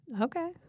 Okay